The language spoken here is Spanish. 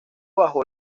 bajó